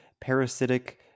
parasitic